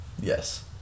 yes